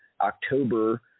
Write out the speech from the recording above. October